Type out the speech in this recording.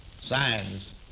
science